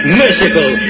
merciful